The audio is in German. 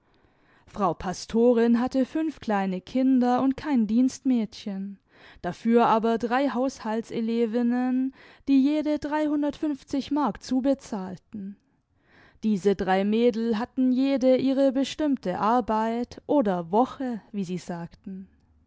frau pastorin hatte fünf kleine kinder imd kein dienstmädchen dafür aber drei haushaltselevinnen die jede mark zubezahlten diese drei mädel hatten jede ihre bestimmte arbeit oder woche wie sie sagten